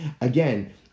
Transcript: again